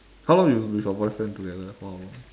how long you with your boyfriend together for how long